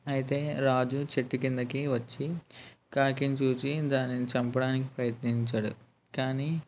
అయితే రాజు చెట్టుకిందకి వచ్చి కాకినిచూసి దానిని చంపడానికి ప్రయత్నించాడు కానీ